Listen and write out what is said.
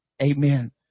Amen